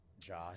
Josh